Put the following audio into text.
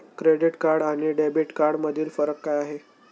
Credit card आणि debit कार्डमधील फरक काय आहे?